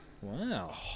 Wow